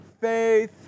Faith